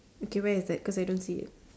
okay where is that cause I don't see it